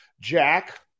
Jack